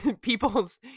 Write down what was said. people's